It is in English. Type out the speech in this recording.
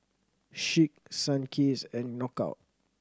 Schick Sunkist and Knockout